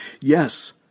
yes